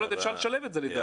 אפשר לשלב את זה, לדעתי.